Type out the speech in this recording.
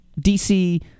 DC